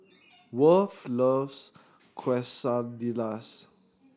Worth loves Quesadillas